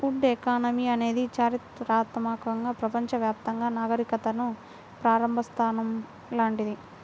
would economy అనేది చారిత్రాత్మకంగా ప్రపంచవ్యాప్తంగా నాగరికతలకు ప్రారంభ స్థానం లాంటిది